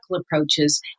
approaches